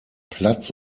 platz